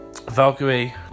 valkyrie